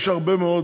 יש הרבה מאוד